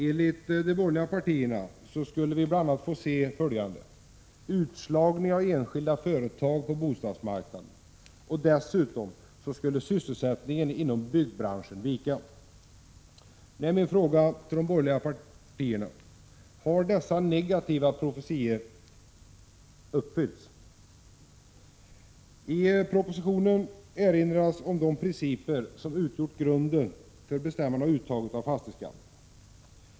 Enligt de borgerliga partierna skulle vi bl.a. få se en utslagning av enskilda företag på bostadsmarknaden. Dessutom skulle sysselsättningen inom byggbranschen vika. Nu är min fråga till företrädarna för de borgerliga partierna: Har dessa negativa profetior uppfyllts? I propositionen erinras om de principer som har utgjort grunden för bestämmande av uttaget av fastighetsskatten.